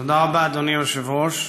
תודה רבה, אדוני היושב-ראש,